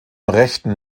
rechten